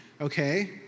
okay